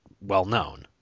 well-known